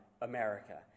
America